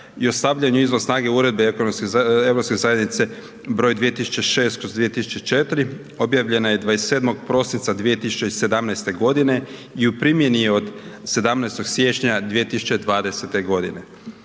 i o stavljanju izvan snage Uredbe (EZ) br. 2006/2004. objavljena je 27. prosinca 2017. godine i u primjeni je od 17. siječnja 2020. godine.